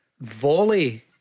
volley